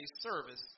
service